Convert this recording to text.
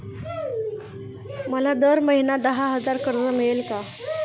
मला दर महिना दहा हजार कर्ज मिळेल का?